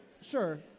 Sure